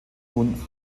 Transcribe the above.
nun